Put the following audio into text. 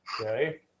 Okay